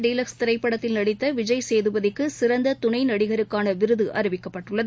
deluxe திரைப்படத்தில் நடித்த விஜய் சேதுபதிக்கு சிறந்து துணை நடிகருக்கான சூப்பர் விருது அறிவிக்கப்பட்டுள்ளது